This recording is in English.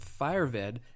Fireved